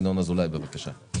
ינון אזולאי, בבקשה.